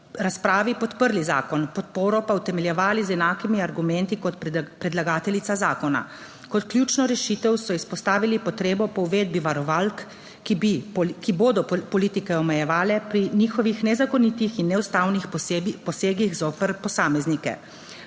razpravi podprli zakon, podporo pa utemeljevali z enakimi argumenti kot predlagateljica zakona. Kot ključno rešitev so izpostavili potrebo po uvedbi varovalk, ki bodo politike omejevale pri njihovih nezakonitih in neustavnih posegih zoper posameznike.